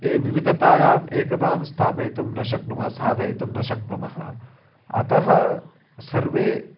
ये विविधतायाम् एकतां स्थापयितुं न शक्नुमः साधयितुं न शक्नुमः अतः सर्वे